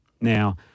now